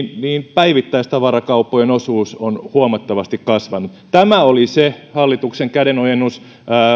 päivittäistavarakauppojen osuus on huomattavasti kasvanut tämä oli se hallituksen kädenojennus